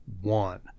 one